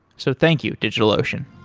so thank you, digitalocean